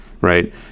right